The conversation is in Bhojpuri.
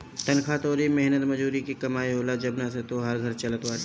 तनखा तोहरी मेहनत मजूरी के कमाई होला जवना से तोहार घर चलत बाटे